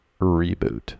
reboot